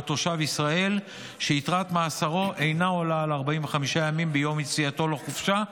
תושב ישראל שיתרת מאסרו אינה עולה על 45 ימים ביום יציאתו לחופשה,